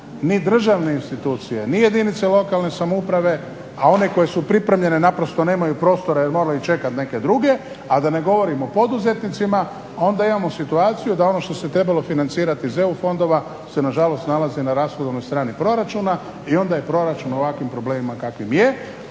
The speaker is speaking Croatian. ni državne institucije ni jedinice lokalne samouprave a one koje su pripremljene naprosto nemaju prostora jer moraju čekati neke druge a da ne govorim o poduzetnicima, onda imamo situaciju da ono što se trebalo financirati iz EU fondova se nažalost nalazi na rashodovnoj strani proračuna i onda je proračun u ovakvim problemima kakvim je,